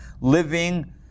living